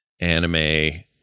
anime